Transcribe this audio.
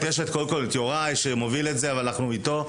יש את יוראי שמוביל את זה, ואנחנו איתו.